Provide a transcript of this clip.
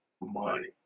money